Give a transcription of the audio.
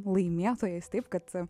laimėtojais taip kad